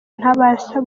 ntabasha